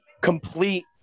complete